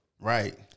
right